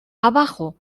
abajo